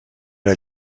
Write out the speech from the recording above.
era